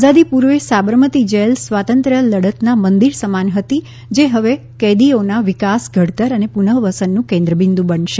આઝાદી પૂર્વે સાબરમતી જેલ સ્વાતંત્ર્ય લડતના મંદિર સમાન હતી જે હવે કેદીઓના વિકાસ ઘડતર અને પુનઃવસનનું કેન્દ્ર બિન્દુ બનશે